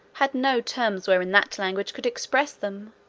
had no terms wherein that language could express them,